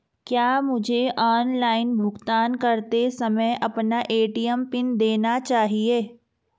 क्या मुझे ऑनलाइन भुगतान करते समय अपना ए.टी.एम पिन देना चाहिए?